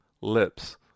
lips